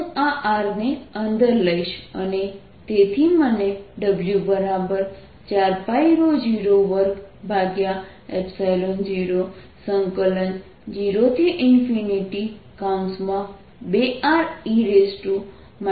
હું આ r ને અંદર લઇશ અને તેથી મને W4π02002re αr3 2r22e 2αr r3e 2αr 2r3e 2αrdr આપે છે